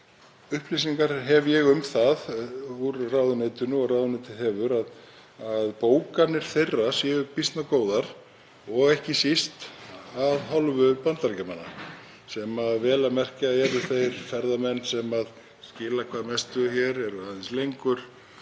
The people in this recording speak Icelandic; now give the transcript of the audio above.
upplýsingar hef ég um það úr ráðuneytinu að bókanir þeirra séu býsna góðar og ekki síst af hálfu Bandaríkjamanna sem vel að merkja eru þeir ferðamenn sem skila hvað mestu hér, eru aðeins lengur